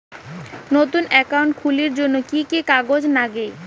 নতুন একাউন্ট খুলির জন্যে কি কি কাগজ নাগে?